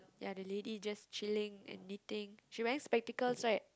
ya the lady just chilling and knitting she wearing spectacle right